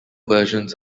versions